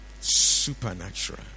supernatural